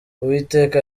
uwiteka